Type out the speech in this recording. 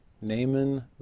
Naaman